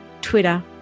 Twitter